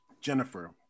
Jennifer